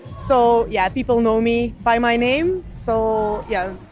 so yeah, people know me by my name so yeah